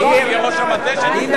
אני אצביע בעד, מה אתה רוצה?